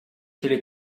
viele